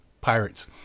pirates